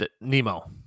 Nemo